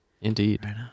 Indeed